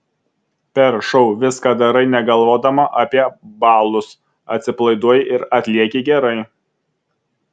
per šou viską darai negalvodama apie balus atsipalaiduoji ir atlieki gerai